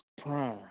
prime